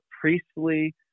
priestly